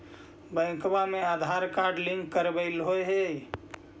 बैंकवा मे Aadhaar card link करवैलहो है?